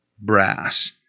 brass